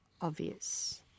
obvious